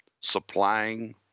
supplying